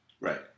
Right